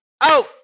Out